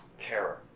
terror